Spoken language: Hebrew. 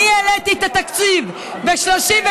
אני העליתי את התקציב ב-33%,